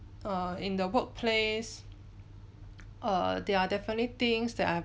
err in the workplace err there are definitely things that I've